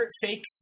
fake